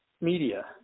media